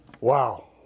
Wow